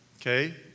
okay